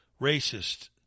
racist